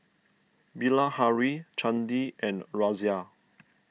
Bilahari Chandi and Razia